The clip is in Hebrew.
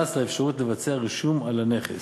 המס לאפשרות לבצע רישום של הנכס.